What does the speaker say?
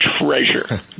treasure